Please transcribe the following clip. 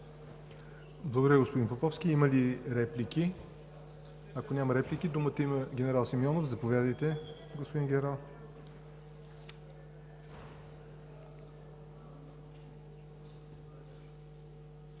Благодаря, господин Поповски. Има ли реплики? Ако няма, думата има генерал Симеонов – заповядайте, господин Генерал.